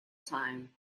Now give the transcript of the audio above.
time